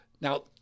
Now